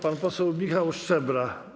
Pan poseł Michał Szczebra.